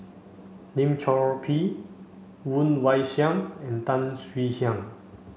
Lim Chor Pee Woon Wah Siang and Tan Swie Hian